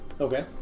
Okay